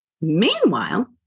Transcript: Meanwhile